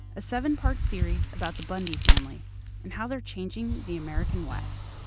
a seven-part series about the bundy family and how they're changing the american west